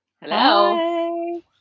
Hello